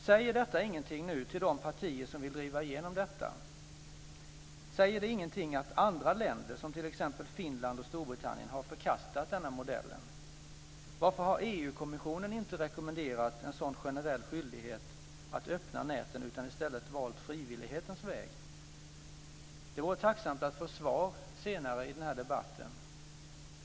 Säger detta ingenting till de partier som vill driva igenom detta? Säger det ingenting att andra länder, som t.ex. Finland och Storbritannien, har förkastat denna modell? Varför har EU-kommissionen inte rekommenderat en sådan generell skyldighet att öppna näten, utan i stället valt frivillighetens väg? Jag är tacksam för svar senare i denna debatt.